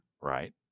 Right